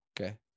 Okay